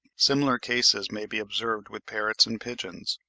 similar cases may be observed with parrots and pigeons.